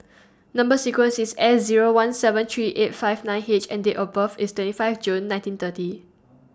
Number sequence IS S Zero one seven three eight five nine H and Date of birth IS twenty five June nineteen thirty